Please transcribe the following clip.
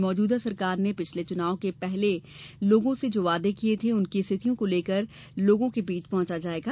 मौजूदा सरकार ने पिछले चुनाव के पहले लोगों से जो वादे किए थे उनकी स्थितियों को लेकर लोगों के बीच पहुंचा जाएगा